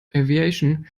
aviation